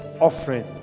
offering